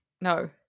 No